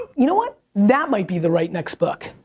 you know what? that might be the right next book.